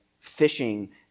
fishing